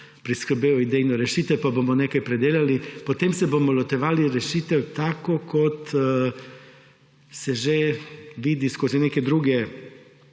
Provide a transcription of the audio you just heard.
priskrbel idejno rešitev, pa bomo nekaj predelali, potem se bomo lotevali rešitev, tako kot se že vidi skozi neke druge